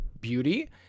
beauty